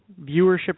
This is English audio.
viewership